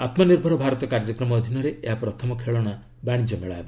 ଆତ୍ମନିର୍ଭର ଭାରତ କାର୍ଯ୍ୟକ୍ରମ ଅଧୀନରେ ଏହା ପ୍ରଥମ ଖେଳନା ବାଣିଜ୍ୟମେଳା ହେବ